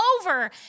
over